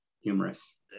humorous